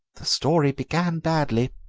the story began badly,